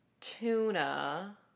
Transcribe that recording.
tuna